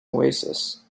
oasis